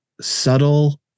subtle